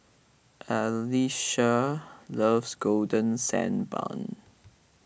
Allyssa loves Golden Sand Bun